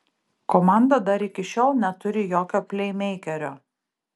komanda dar iki šiol neturi jokio pleimeikerio